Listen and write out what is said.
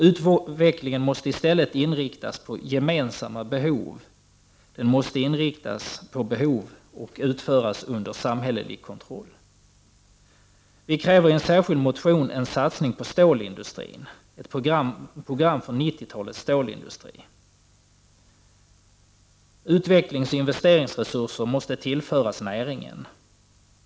Utvecklingen måste i stället inriktas på gemensamma behov. Den måste inriktas på behov och utföras under samhällelig kontroll. Vi kräver i en särskild motion ett program för en satsning på 90-talets stålindustri. Utvecklingsoch investeringsresurser måste tillföras näringen.